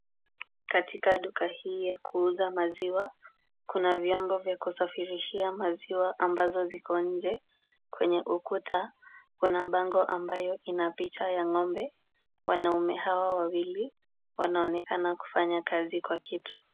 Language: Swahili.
Katika duka hii ya kuuza maziwa, kuna vyombo vya kusafirishia maziwa ambazo ziko nje, kwenye ukuta kuna bango ambayo ina picha ya ngombe. Wanaume hawa wawili wanaonekana kufanya kazi kwa kitu.